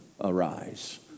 arise